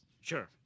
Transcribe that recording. Sure